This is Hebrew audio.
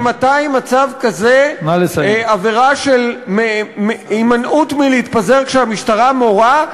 ממתי עבירה של הימנעות מלהתפזר כשהמשטרה מורה,